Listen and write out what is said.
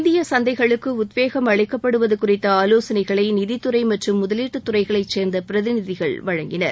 இந்திய சந்தைகளுக்கு உத்வேகம் அளிக்கப்படுவது குறித்த ஆலோசனைகளை நிதித்துறை மற்றும் முதலீட்டு துறைகளை சேர்ந்த பிரதிநிதிகள் வழங்கினர்